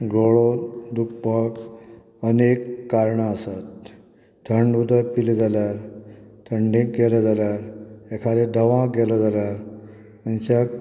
गळो दुखपाक अनेक कारणां आसात थंड उदक पिलें जाल्यार थंडेंत गेलें जाल्यार एकाद्या दवांक गेलो जाल्यार मनशाक